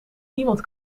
niemand